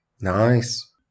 Nice